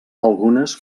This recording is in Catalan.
algunes